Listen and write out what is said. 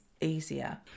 easier